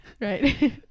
Right